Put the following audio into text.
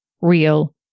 real